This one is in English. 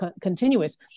continuous